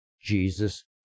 Jesus